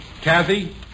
Kathy